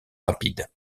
rapides